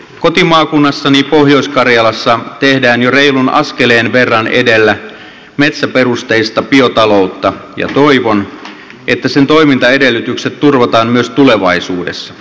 kotimaakunnassani pohjois karjalassa tehdään jo reilun askeleen verran edellä metsäperusteista biotaloutta ja toivon että sen toimintaedellytykset turvataan myös tulevaisuudessa